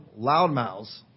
loudmouths